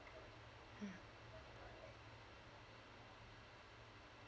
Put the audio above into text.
mm